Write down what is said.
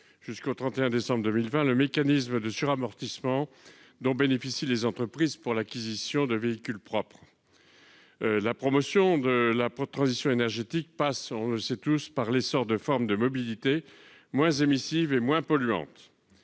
jusqu'au 31 décembre 2020 le mécanisme de suramortissement dont bénéficient les entreprises pour l'acquisition de véhicules propres. La promotion de la transition énergétique passe par l'essor de formes de mobilité moins émissives et moins polluantes